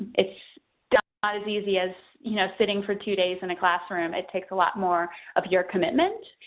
it's not as easy as, you know, sitting for two days in a classroom. it takes a lot more of your commitment.